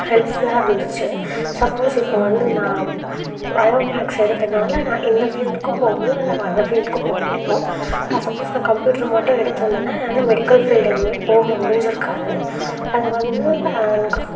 ஹெல்ப்ஃபுல்லாக இருந்துச்சு சப்போஸ் இப்போ வந்து நான் பயோ மேக்ஸ் எடுத்தனால நான் இந்த ஃபீல்டுக்கும் போகமுடியும் வேறு ஃபீல்டுக்கும் போகமுடியும் சப்போஸ் நான் கம்ப்யூட்டர் மட்டும் எடுத்துருந்தேன்னா என்னால் மெடிக்கல் பீல்டு எதுவுமே போக முடிஞ்சுருக்காது அது வந்து எனக்கு